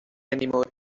anymore